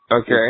okay